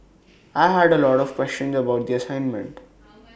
I had A lot of questions about the assignment